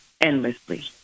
endlessly